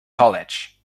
college